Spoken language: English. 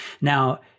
Now